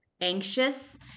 anxious